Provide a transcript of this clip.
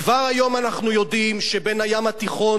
כבר היום אנחנו יודעים שבין הים התיכון